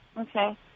okay